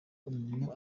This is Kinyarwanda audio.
umuntu